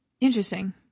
Interesting